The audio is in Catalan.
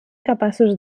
capaços